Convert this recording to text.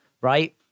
right